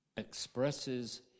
Expresses